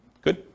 good